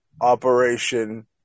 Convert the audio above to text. Operation